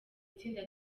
itsinda